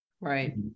Right